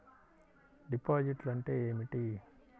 డిపాజిట్లు అంటే ఏమిటి?